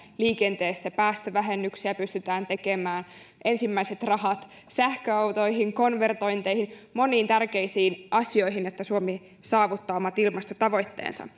liikenteessä päästövähennyksiä pystytään tekemään ensimmäiset rahat sähköautoihin konvertointeihin moniin tärkeisiin asioihin että suomi saavuttaa omat ilmastotavoitteensa mutta